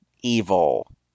evil